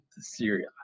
Syria